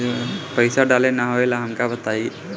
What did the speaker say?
पईसा डाले ना आवेला हमका बताई?